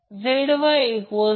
तर आकृती 32 लोड 1 0